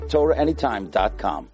TorahAnytime.com